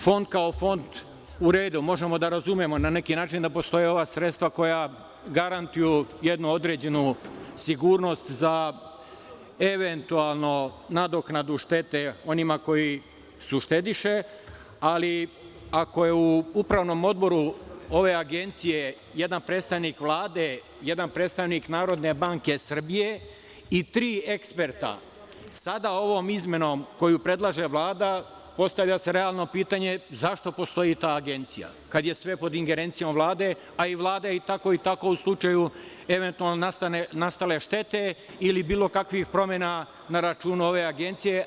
Fond, kao fond, u redu, možemo da razumemo na neki način da postoje ova sredstva koja garantuju jednu određenu sigurnost za eventualno nadoknadu štete onima koji su štediše, ali ako je u upravnom odboru ove agencije jedan predstavnik Vlade, jedan predstavnik NBS, i tri eksperta, sada ovom izmenom koju predlaže Vlada, postavlja se realno pitanje - zašto postoji ta agencija, kad je sve pod ingerencijom Vlade, a i Vlada i tako i tako u slučaju eventualno nastale štete ili bilo kakvih promena na računu ove agencije.